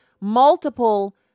multiple